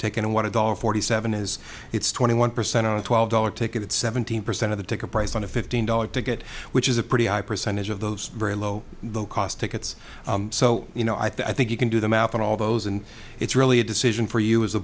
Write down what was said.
take and what a dollar forty seven is it's twenty one percent on a twelve dollars ticket at seventeen percent of the ticket price on a fifteen dollars ticket which is a pretty high percentage of those very low low cost tickets so you know i think you can do the math on all those and it's really a decision for you as a